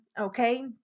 okay